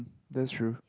that's true